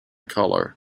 colour